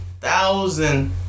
Thousand